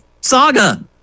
saga